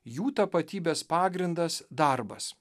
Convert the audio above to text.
jų tapatybės pagrindas darbas